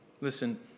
Listen